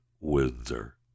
Windsor